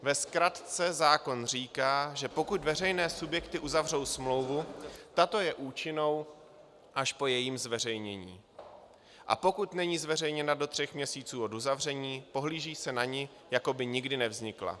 Ve zkratce zákon říká, že pokud veřejné subjekty uzavřou smlouvu, tato je účinnou až po jejím zveřejnění, a pokud není zveřejněna do tří měsíců od uzavření, pohlíží se na ni, jako by nikdy nevznikla.